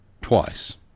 twice